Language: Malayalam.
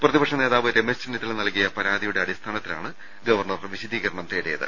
പ്രതിപക്ഷ നേതാവ് രമേശ് ചെന്നിത്തല നൽകിയ പരാതിയുടെ അടിസ്ഥാനത്തിലാണ് ഗവർണർ വിശദീകരണം തേടി യത്